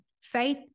Faith